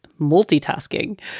multitasking